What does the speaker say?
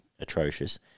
atrocious